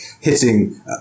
hitting